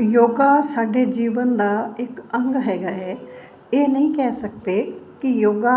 ਯੋਗਾ ਸਾਡੇ ਜੀਵਨ ਦਾ ਇੱਕ ਅੰਗ ਹੈਗਾ ਹੈ ਇਹ ਨਹੀਂ ਕਹਿ ਸਕਦੇ ਕਿ ਯੋਗਾ